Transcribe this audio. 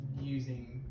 using